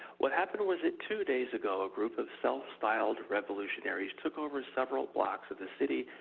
what happened was it two days ago, a group of self filed revolutionaries took over several blocks of the city,